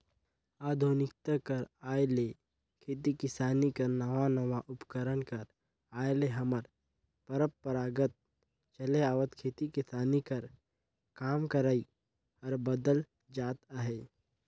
आधुनिकता कर आए ले खेती किसानी कर नावा नावा उपकरन कर आए ले हमर परपरागत चले आवत खेती किसानी कर काम करई हर बदलत जात अहे